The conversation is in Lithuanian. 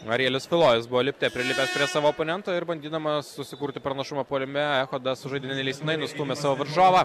arielis filojus buvo lipte prilipęs prie savo oponento ir bandydamas susikurti pranašumą puolime echodas sužaidė neleistinai nustūmė savo varžovą